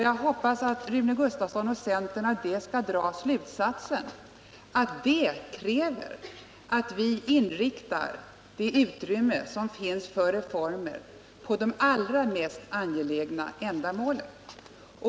Jag hoppas att Rune Gustavsson och centern av det skall dra slutsatsen att det krävs att vi inriktar det utrymme som finns för reformer på de allra angelägnaste ändamålen.